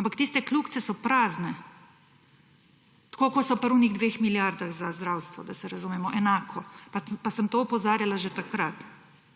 ampak tiste kljukice so prazne, tako kot so pri tistih dveh milijardah za zdravstvo, da se razumemo, enako, pa sem na to opozarjala že takrat.